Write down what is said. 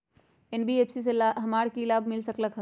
NBFC से हमार की की लाभ मिल सक?